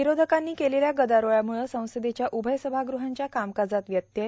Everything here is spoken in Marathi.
विरोधकांनी केलेल्या गदारोळामुळं संसदेच्या उभय सभागृहांच्या कामकाजात व्यत्यय